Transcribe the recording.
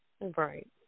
Right